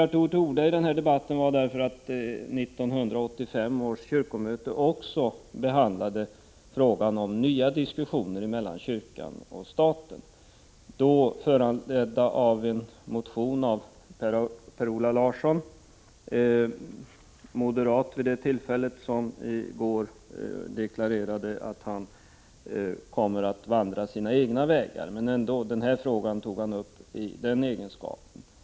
Jag tar till orda i denna debatt för att 1985 års kyrkomöte också behandlade frågan om nya diskussioner mellan kyrkan och staten, då föranledda av en motion av Per-Ola Larsson, vid det tillfället moderat. I går deklarerade han att han nu kommer att vandra sina egna vägar, men denna fråga tog han uppi egenskap av moderat ledamot i kyrkomötet.